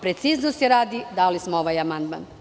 Preciznosti radi dali smo ovaj amandman.